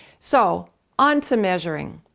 so onto measuring.